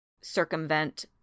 circumvent